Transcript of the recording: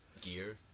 gear